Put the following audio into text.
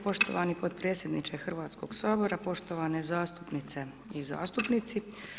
Poštovani potpredsjedniče Hrvatskog sabora, poštovane zastupnice i zastupnici.